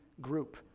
group